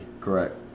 Correct